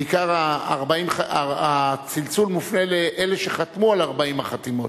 בעיקר, הצלצול מופנה לאלה שחתמו את 40 החתימות.